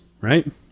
right